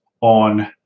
on